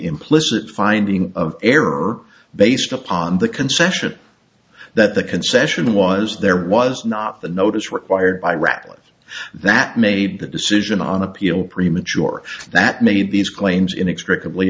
implicit finding of error based upon the concession that the concession was there was not the notice required by ratliff that made the decision on appeal premature that made these claims inextricably